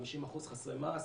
50% חסרי מעש.